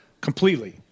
Completely